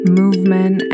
movement